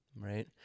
Right